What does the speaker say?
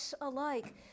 alike